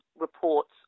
reports